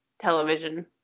television